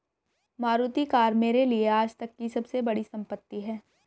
Maruti car मेरे लिए आजतक की सबसे बड़ी संपत्ति है